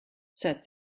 said